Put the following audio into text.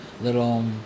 little